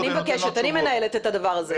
גונן בן יצחק, אני מבקשת, אני מנהלת את הדבר הזה.